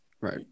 Right